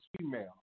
female